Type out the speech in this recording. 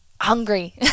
hungry